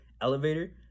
elevator